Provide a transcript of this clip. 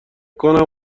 کنم